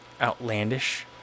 outlandish